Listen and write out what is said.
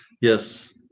Yes